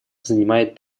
занимает